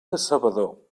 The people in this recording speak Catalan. decebedor